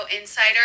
Insider